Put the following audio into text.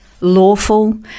lawful